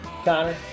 Connor